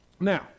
Now